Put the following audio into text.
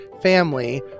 family